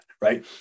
Right